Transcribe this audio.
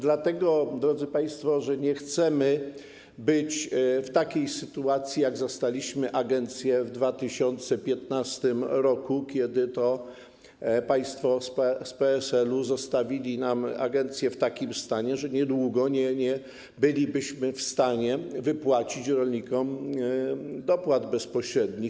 Dlatego, drodzy państwo, że nie chcemy być w takiej sytuacji, w jakiej zastaliśmy agencję w 2015 r., kiedy to państwo z PSL-u zostawili nam agencję w takim stanie, że niedługo nie bylibyśmy w stanie wypłacić rolnikom dopłat bezpośrednich.